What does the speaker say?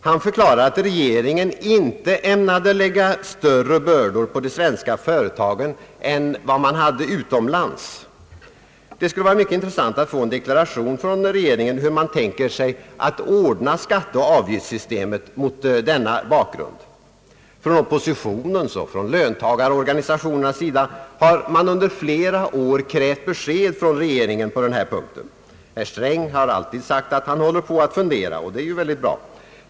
Han förklarade att regeringen inte ämnade lägga större bördor på de svenska företagen än man gjorde utomlands. Det skulle vara mycket intressant att få en deklaration från regeringen hur den tänker ordna skatteoch avgiftssystemet mot denna bakgrund. Oppositionen och löntagarorganisationerna har under flera år krävt besked från regeringen på denna punkt. Herr Sträng har alltid sagt att han håller på att fundera, och det är ju bra.